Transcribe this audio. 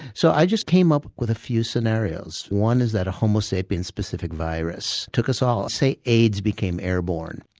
so i just came up with a few scenarios. one is that a homo sapiens specific virus took us all. say aids became airborne.